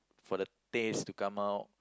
for the taste to come out